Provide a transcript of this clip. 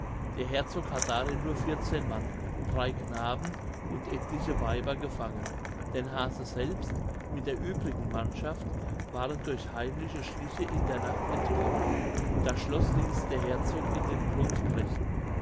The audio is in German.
der herzog hat darin nur vierzehn mann drei knaben und etliche weiber gefangen denn hase selbst mit der übrigen mannschaft waren durch heimliche schliche in der nacht entkommen das schloß ließ der herzog in den grund brechen